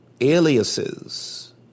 aliases